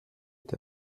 est